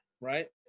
right